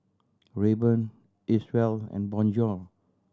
Rayban Acwell and Bonjour